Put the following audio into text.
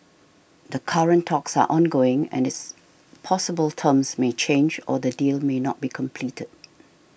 the current talks are ongoing and it's possible terms may change or the deal may not be completed